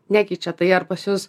nekeičia tai ar pas jus